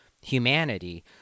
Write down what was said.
humanity